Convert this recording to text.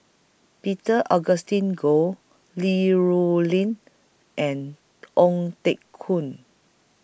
Peter Augustine Goh Li Rulin and Ong Teng Koon